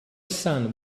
son